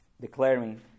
declaring